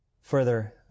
further